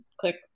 click